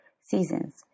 seasons